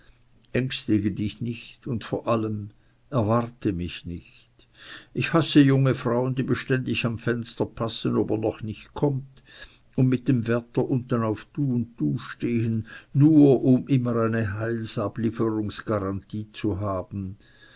ängstige dich nicht und vor allem erwarte mich nicht ich hasse junge frauen die beständig am fenster passen ob er noch nicht kommt und mit dem wächter unten auf du und du stehen nur um immer eine heil ablieferungsgarantie zu haben